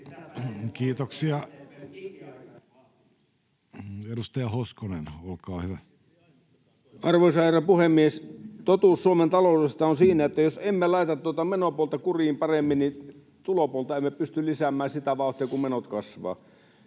Kiitoksia. — Edustaja Hoskonen, olkaa hyvä. Arvoisa herra puhemies! Totuus Suomen taloudesta on siinä, että jos emme laita tuota menopuolta kuriin paremmin, niin tulopuolta emme pysty lisäämään sitä vauhtia kuin menot kasvavat.